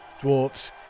Dwarfs